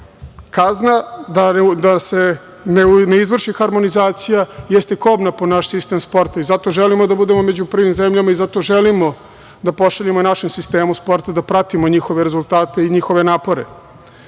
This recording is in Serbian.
da se ne izvrši harmonizacija jeste kobna po naš sistem sporta i zato želimo da budemo među prvim zemljama i zato želimo da pošaljemo našem sistemu sporta da pratimo njihove rezultate i njihove napore. Jedan